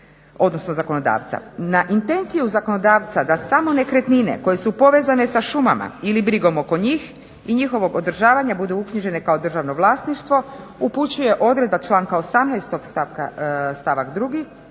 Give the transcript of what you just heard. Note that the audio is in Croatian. odnosno zakonodavca. Na intenciju zakonodavca da samo nekretnine koje su povezane sa šumama ili brigom oko njih i njihovog održavanja budu uknjižene kao državno vlasništvo upućuje odredba članka 18. stavka 2.